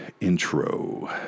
intro